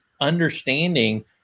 understanding